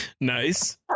nice